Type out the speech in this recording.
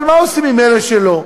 אבל מה עושים עם אלה שלא?